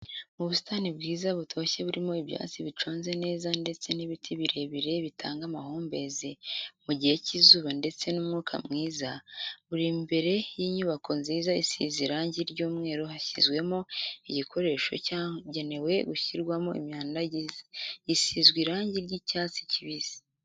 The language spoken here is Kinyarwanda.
Mu busitani bwiza butoshye burimo ibyatsi biconze neza ndetse n'ibiti birebire bitanga amahumbezi mu gihe cy'izuba ndetse n'umwuka mwiza, buri imbere y'inyubako nziza isize irangi ry'umweru hashyizwemo igikoresho cyagenewe gushyirwamo imyanda gisizwe irangi ry'icyatsi kibisi.